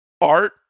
art